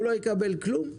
הוא לא יקבל כלום?